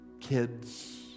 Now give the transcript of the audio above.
kids